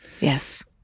Yes